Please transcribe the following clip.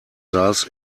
saß